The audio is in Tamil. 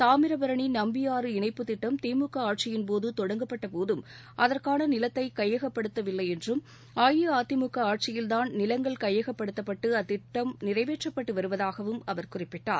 தாமிரபரணி நம்பியாறு இணைப்புத் திட்டம் திமுக ஆட்சியின்போது தொடங்கப்பட்ட போதும் அதற்கான நிலத்தை கையகப்படுத்தவில்லை என்றும் அஇஅதிமுக ஆட்சியில் தான் நிலங்கள் கையகப்படுததப்பட்டு அத்திட்டம் நிறைவேற்றப்பட்டு வருவதாகவும் அவர் குறிப்பிட்டார்